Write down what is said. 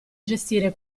gestire